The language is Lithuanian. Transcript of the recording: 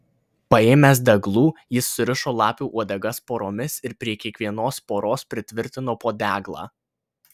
paėmęs deglų jis surišo lapių uodegas poromis ir prie kiekvienos poros pritvirtino po deglą